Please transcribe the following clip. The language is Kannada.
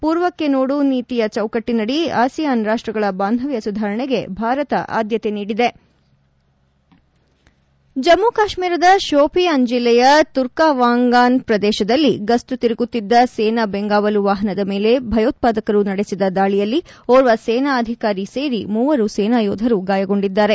ಪೂರ್ವಕ್ಕೆ ನೋಡು ನೀತಿಯ ಚೌಕಟ್ವಿನಡಿ ಆಸಿಯಾನ ರಾಷ್ಟ್ರಗಳ ಬಾಂಧವ್ಯ ಸುಧಾರಣೆಗೆ ಭಾರತ ಆದ್ಯತೆ ನೀಡಿದೆ ಜಮ್ಮು ಕಾಶ್ಮೀರದ ಶೋಧಿಯಾನ ಜಿಲ್ಲೆಯ ತುರ್ಕವಾಂಗಾನ್ ಪ್ರದೇಶದಲ್ಲಿ ಗಸ್ತು ತಿರುಗುತ್ತಿದ್ದ ಸೇನಾ ಬೆಂಗಾವಲು ವಾಹನದ ಮೇಲೆ ಭಯೋತ್ಸಾದಕರು ನಡೆಸಿದ ದಾಳಿಯಲ್ಲಿ ಓರ್ವ ಸೇನಾ ಅಧಿಕಾರಿ ಸೇರಿ ಮೂವರು ಸೇನಾ ಯೋಧರು ಗಾಯಗೊಂಡಿದ್ದಾರೆ